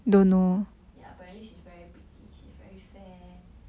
yeah apparently she's very pretty she's very fair